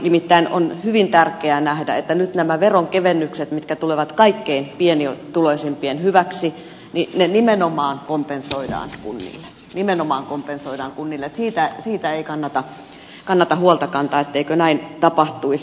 nimittäin on hyvin tärkeää nähdä että nyt nämä veronkevennykset mitkä tulevat kaikkein pienituloisimpien hyväksi nimenomaan kompensoidaan kunnille nimenomaan kompensoidaan kunnille niin että siitä ei kannata huolta kantaa etteikö näin tapahtuisi